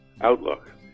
outlook